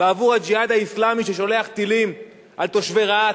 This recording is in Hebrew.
בעבור "הג'יהאד האסלאמי" ששולח טילים על תושבי רהט,